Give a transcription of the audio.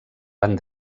van